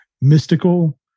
mystical